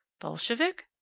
Bolshevik